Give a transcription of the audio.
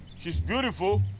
she's beautiful.